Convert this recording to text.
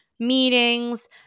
meetings